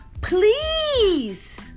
Please